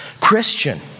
Christian